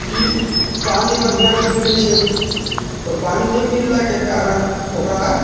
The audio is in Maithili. कि पानि बढ़िआँ नहि मिलै छै तऽ पानि नहि मिललाके कारण ओकरा